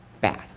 bad